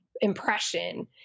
impression